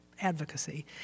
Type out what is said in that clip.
advocacy